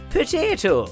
Potato